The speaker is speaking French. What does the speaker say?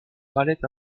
parlait